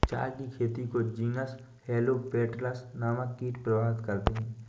चाय की खेती को जीनस हेलो पेटल्स नामक कीट प्रभावित करते हैं